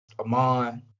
Amon